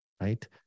right